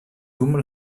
dum